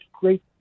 great